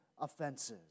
offenses